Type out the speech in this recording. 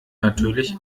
natürlich